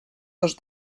dos